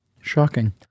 Shocking